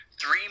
Three